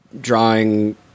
drawing